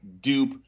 dupe